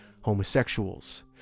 Homosexuals